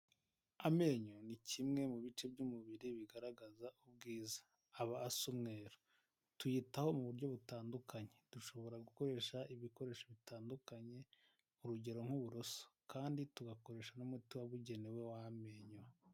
Amenyo ni kimwe mu bice by'umubiri bigaragaza ubwiza, haba asa umweru, tuyitaho mu buryo butandukanye, dushobora gukoresha ibikoresho bitandukanye urugero nk'uburoso kandi tugakoresha n'umuti wabugenewe w'amenyo.